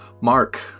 Mark